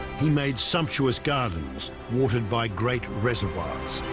he made sumptuous gardens watered by great reservoirs